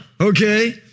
Okay